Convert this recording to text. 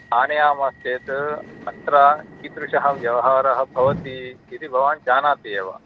आनयामः चेत् अत्र किदृशः व्यवहारः भवति इति भवान् जानाति एव